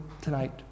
tonight